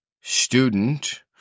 student